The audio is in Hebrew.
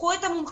קחו את המומחים,